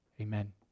amen